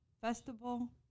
Festival